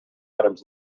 items